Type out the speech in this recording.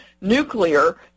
nuclear